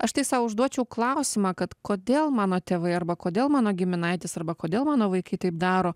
aš tai sau užduočiau klausimą kad kodėl mano tėvai arba kodėl mano giminaitis arba kodėl mano vaikai taip daro